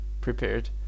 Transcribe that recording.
prepared